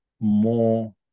more